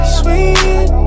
Sweet